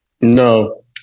No